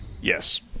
yes